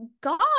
God